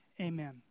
Amen